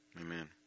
Amen